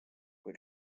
kui